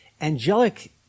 angelic